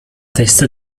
testa